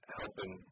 helping